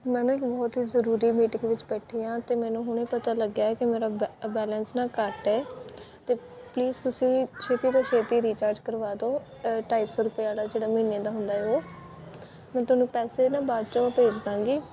ਮੈਂ ਨਾ ਇੱਕ ਬਹੁਤ ਹੀ ਜ਼ਰੂਰੀ ਮੀਟਿੰਗ ਵਿੱਚ ਬੈਠੀ ਹਾਂ ਅਤੇ ਮੈਨੂੰ ਹੁਣੇ ਪਤਾ ਲੱਗਿਆ ਹੈ ਕਿ ਮੇਰਾ ਬੈ ਬੈਲੈਂਸ ਨਾ ਘੱਟ ਹੈ ਅਤੇ ਪਲੀਜ਼ ਤੁਸੀਂ ਛੇਤੀ ਤੋਂ ਛੇਤੀ ਰੀਚਾਰਜ ਕਰਵਾ ਦਿਓ ਢਾਈ ਸੌ ਰੁਪਏ ਵਾਲਾ ਜਿਹੜਾ ਮਹੀਨੇ ਦਾ ਹੁੰਦਾ ਉਹ ਹੁਣ ਤੁਹਾਨੂੰ ਪੈਸੇ ਨਾ ਬਾਅਦ 'ਚੋਂ ਭੇਜ ਦਾਂਗੀ